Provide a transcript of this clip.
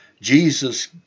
Jesus